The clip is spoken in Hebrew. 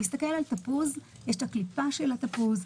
תסתכל על תפוז יש את הקליפה של התפוז,